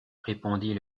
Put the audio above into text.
répondit